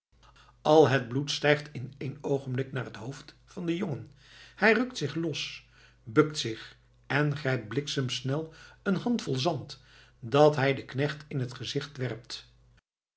al het bloed stijgt in één oogenblik naar het hoofd van den jongen hij rukt zich los bukt zich en grijpt bliksemsnel een handvol zand dat hij den knecht in het gezicht werpt